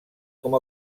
com